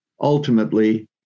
ultimately